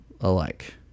alike